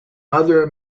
other